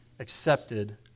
accepted